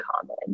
common